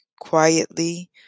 quietly